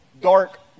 dark